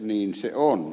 niin se on ed